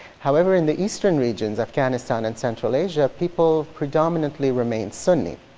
however in the eastern regions, afghanistan and central asia, people predominantly remain sunni.